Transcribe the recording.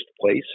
place